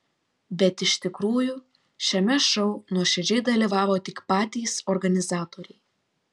bet iš tikrųjų šiame šou nuoširdžiai dalyvavo tik patys organizatoriai